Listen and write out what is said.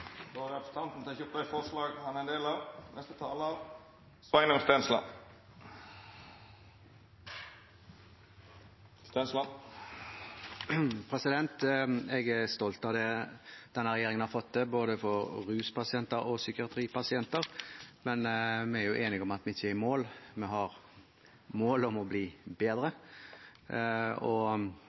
Jeg er stolt av det denne regjeringen har fått til, både for ruspasienter og psykiatripasienter, men vi er enige om at vi ikke er i mål. Vi har mål om å bli bedre, og